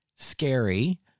scary